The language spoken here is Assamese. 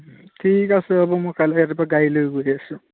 ঠিক আছে হ'ব মই কাইলৈ ৰাতিপুৱা গাড়ী লৈ গৈ আছোঁ